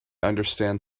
understand